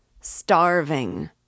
Starving